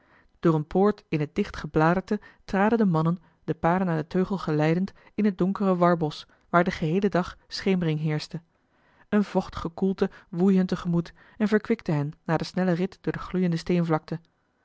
door eene poort in het dicht gebladerte traden de mannen de paarden aan den teugel geleidend in het donkere warbosch waar den geheelen dag schemering heerschte eene vochtige koelte woei hun te gemoet en verkwikte hen na den snellen rit door de gloeiende